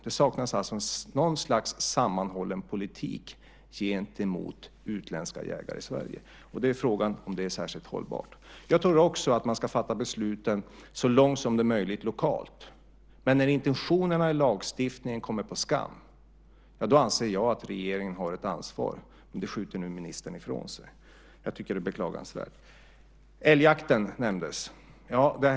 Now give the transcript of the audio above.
Det saknas alltså något slags sammanhållen politik gentemot utländska jägare i Sverige. Frågan är om det är särskilt hållbart. Jag tror också att man ska fatta besluten lokalt så långt som det är möjligt. Men när intentionerna i lagstiftningen kommer på skam så anser jag att regeringen har ett ansvar. Det skjuter nu ministern ifrån sig. Jag tycker att det är beklagansvärt. Älgjakten nämndes.